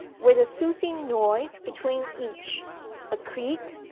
with a sousing noise between each a creak,